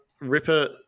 ripper